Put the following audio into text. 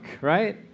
right